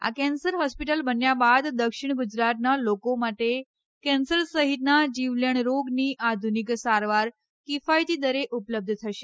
આ cancer hospital બન્યા બાદ દક્ષિણ ગુજરાતનાં લોકો માટે કેન્સર સહિતના જીવલેણ રોગની આધુનિક સારવાર કિફાયતી દરે ઉપલબ્ધ થશે